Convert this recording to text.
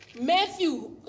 Matthew